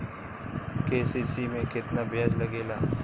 KCC में केतना ब्याज लगेला?